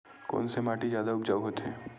कोन से माटी जादा उपजाऊ होथे?